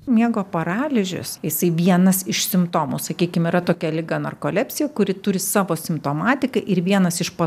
miego paralyžius jisai vienas iš simptomų sakykim yra tokia liga narkolepsija kuri turi savo simptomatiką ir vienas iš pa